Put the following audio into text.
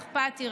אכפתי,